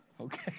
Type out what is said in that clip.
okay